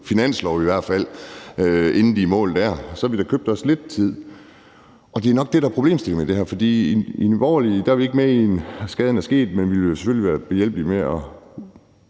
finanslov i hvert fald, inden de er i mål der, men så har vi da købt os lidt tid. Det er nok det, der er problemstillingen i det her, for i Nye Borgerlige er vi ikke med, og skaden er sket, men vi vil selvfølgelig være behjælpelige med at